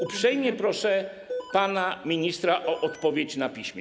Uprzejmie proszę pana ministra o odpowiedź na piśmie.